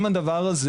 אם הדבר הזה,